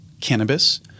cannabis